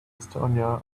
estonia